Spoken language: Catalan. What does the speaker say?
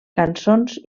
cançons